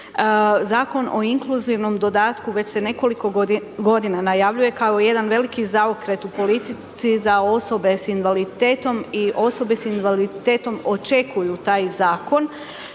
Zakon o inkluzivnom dodatku već se nekoliko godina najavljuje kao jedan veliki zaokret u politici za osobe sa invaliditetom i osobe sa invaliditetom očekuju taj zakon